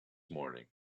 morning